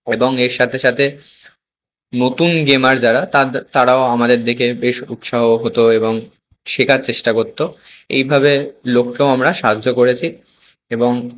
এবং এর সাথে সাথে নতুন গেমার যারা তাদ তারাও আমাদের দেখে বেশ উৎসাহ হতো এবং শেখার চেষ্টা করতো এইভাবে লোককেও আমরা সাহায্য করেছি এবং